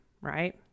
right